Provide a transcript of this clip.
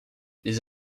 les